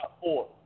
four